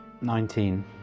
Nineteen